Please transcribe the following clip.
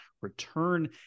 return